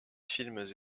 films